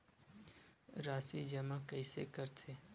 राशि जमा कइसे करथे?